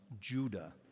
Judah